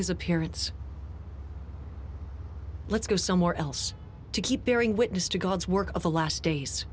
his appearance let's go somewhere else to keep bearing witness to god's work of the last days